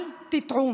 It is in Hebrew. אל תטעו.